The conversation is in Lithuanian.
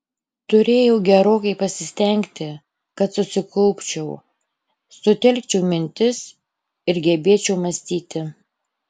turėjau gerokai pasistengti kad susikaupčiau sutelkčiau mintis ir gebėčiau mąstyti